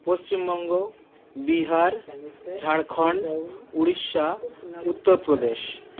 Paschimbanga Bihar Jharkhand Orissa Uttar Pradesh